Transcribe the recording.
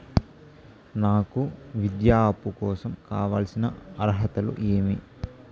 నాకు విద్యా అప్పు కోసం కావాల్సిన అర్హతలు ఏమి?